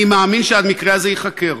אני מאמין שהמקרה הזה ייחקר,